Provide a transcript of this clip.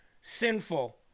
sinful